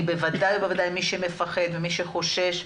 בוודאי שמי שמפחד וחושש,